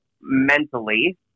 mentally